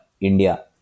India